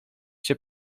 się